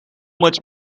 much